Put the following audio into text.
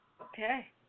Okay